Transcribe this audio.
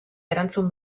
erantzun